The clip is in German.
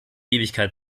ewigkeit